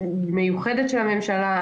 מיוחדת של הממשלה.